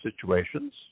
situations